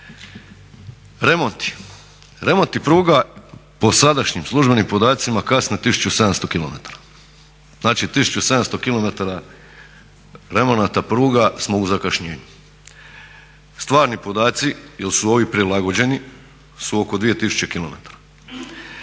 radnjama. Remonti pruga po sadašnjim službenim podacima kasne 1700 km, znači 1700 km remonata pruga smo u zakašnjenju. Stvarni podaci jer su ovi prilagođeni su oko 2000 km.